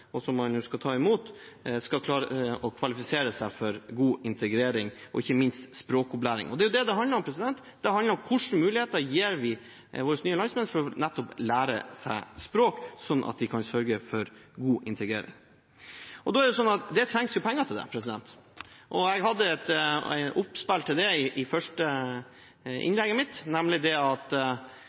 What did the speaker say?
og som man ønsker å ta imot, skal klare å kvalifisere seg for god integrering og ikke minst språkopplæring. Og det er jo det det handler om. Det handler om hvilke muligheter vi gir våre nye landsmenn for å lære seg språk, slik at vi kan sørge for god integrering. Men det trengs jo penger til det. Jeg hadde et oppspill til det i det første innlegget mitt, nemlig: Hvordan ser man for seg at